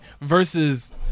Versus